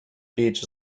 beach